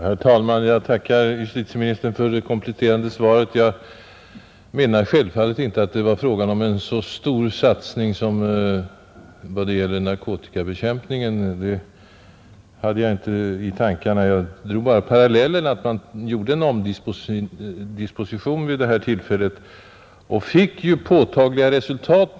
Herr talman! Jag tackar justitieministern för det kompletterande svaret. Jag avsåg självfallet inte en så stor satsning som när det gäller narkotikabekämpningen. Jag drog bara parallellen att man i fråga om narkotikabrottsligheten gjorde en omdisposition och därav fick ett påtagligt och snabbt resultat.